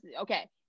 okay